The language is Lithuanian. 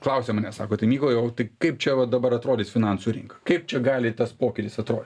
klausia manęs sako tai mykolai o tai kaip čia va dabar atrodys finansų rinka kaip čia gali tas pokytis atrodyt